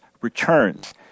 returns